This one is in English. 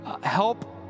help